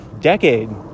decade